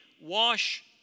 wash